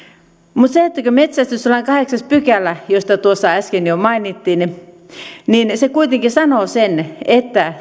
metsästyslain kahdeksas pykälä josta äsken jo mainittiin kuitenkin sanoo että